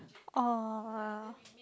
oh